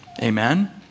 amen